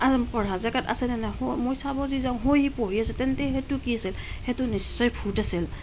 আৰু পঢ়া জেগাত আছেনে নাই মই চাব যে যাওঁ হয় সি পঢ়ি আছে তেন্তে সেইটো কি আছিল সেইটো নিশ্চয় ভূত আছিল